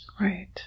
Right